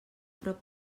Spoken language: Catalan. prop